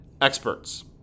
experts